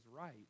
right